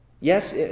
Yes